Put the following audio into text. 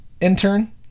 intern